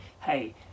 hey